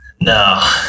No